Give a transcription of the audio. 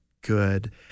good